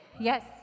Yes